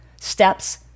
steps